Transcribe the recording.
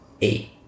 eight